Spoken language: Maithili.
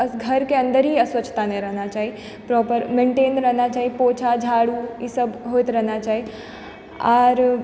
घरके अन्दर ही स्वछता नहि रहना चाही प्रॉपर मेन्टेन रहना चाही पोछा झाड़ू ई सब होइत रहना चाही आओर